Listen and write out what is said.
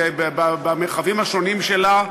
במרחבים השונים שלה,